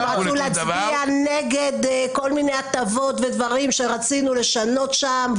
הם רצו להצביע נגד כל מיני הטבות ודברים שרצינו לשנות שם.